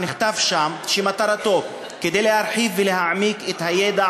נכתב שם שמטרתו להרחיב ולהעמיק את הידע